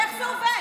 איך זה עובד?